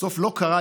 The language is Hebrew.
בסוף לא קרה,